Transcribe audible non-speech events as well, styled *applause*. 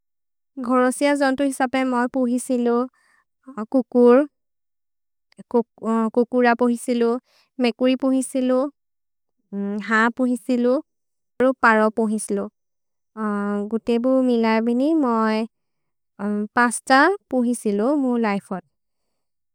घोरोसिअ जोन्तो हिसपे म पुहि सिलो कुकुर्, *hesitation* कुकुर पुहि सिलो, मेकुरि पुहि सिलो, हा पुहि सिलो, परो पुहि सिलो। गुतेबु मिल ए बिनि म पस्त पुहि सिलो मु लैफोन्।